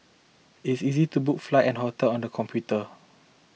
it is easy to book flights and hotel on the computer